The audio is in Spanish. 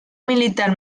militar